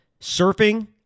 surfing